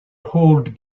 old